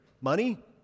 Money